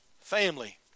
family